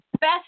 best